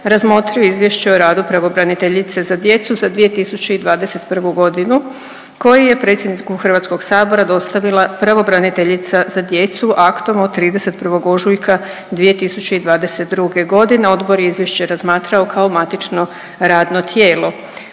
razmotrio Izvješće o radu pravobraniteljice za djecu za 2021. godinu koji je predsjedniku Hrvatskog sabora dostavila pravobraniteljica za djecu aktom od 31. ožujka 2022. godine, Odbor je Izvješće razmatrao kao matično radno tijelo.